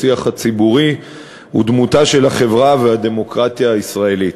השיח הציבורי ודמותה של החברה והדמוקרטיה הישראלית.